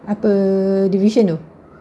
apa division tu